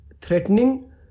threatening